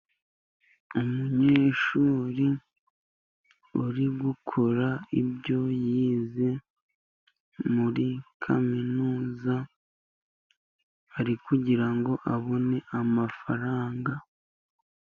Umunyeshuri uri gukora ibyo bize muri kaminuza, ari kugira ngo abone amafaranga.